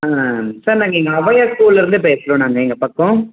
ஆ sir நாங்கள் இங்கே ஔவையார் ஸ்கூலில் இருந்து பேசுகிறோம் நாங்கள் இங்கே பக்கம்